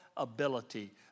Ability